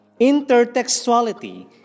Intertextuality